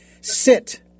sit